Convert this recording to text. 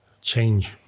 change